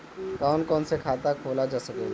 कौन कौन से खाता खोला जा सके ला?